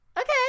okay